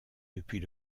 depuis